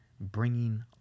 Bringing